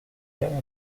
their